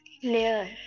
clear